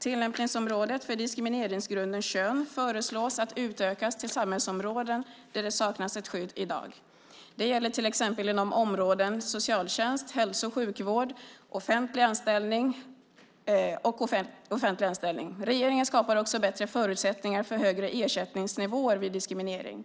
Tillämpningsområdet för diskrimineringsgrunden kön föreslås utökas till samhällsområden där det saknas ett skydd i dag. Det gäller till exempel inom områdena socialtjänst, hälso och sjukvård och offentlig anställning. Regeringen skapar också bättre förutsättningar för högre ersättningsnivåer vid diskriminering.